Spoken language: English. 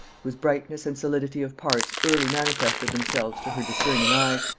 whose brightness and solidity of parts early manifested themselves to her discerning eye,